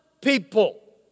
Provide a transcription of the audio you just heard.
people